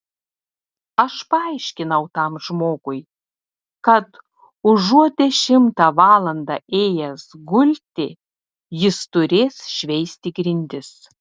aš paaiškinau tam žmogui kad užuot dešimtą valandą ėjęs gulti jis turės šveisti grindis